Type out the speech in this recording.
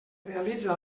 realitza